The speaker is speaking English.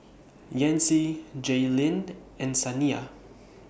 Yancy Jaylyn and Saniya